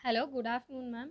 hello good afternoon ma'am